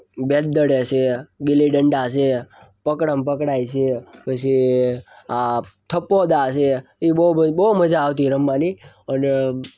બેટ દળે છે ગીલી ડંડા છે પકડમ પકડાઈ છે પછી આ થપ્પો દા સે એ બઉ બઉ જ બઉ મજા આવતી રમવાની અને